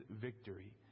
victory